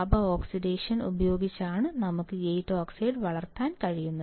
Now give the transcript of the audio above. താപ ഓക്സിഡേഷൻ ഉപയോഗിച്ചാണ് നമുക്ക് ഗേറ്റ് ഓക്സൈഡ് വളർത്താൻ കഴിയുന്നത്